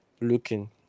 looking